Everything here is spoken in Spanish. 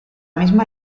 misma